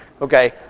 Okay